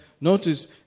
notice